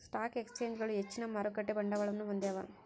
stock ಎಕ್ಸ್ಚೇಂಜ್ಗಳು ಹೆಚ್ಚಿನ ಮಾರುಕಟ್ಟೆ ಬಂಡವಾಳವನ್ನು ಹೊಂದ್ಯಾವ